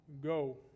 Go